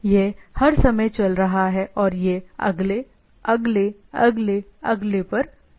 यह हर समय चल रहा है और यह अगले अगले अगले अगले पर जाता है